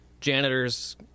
janitor's